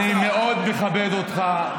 אני מאוד מכבד אותך,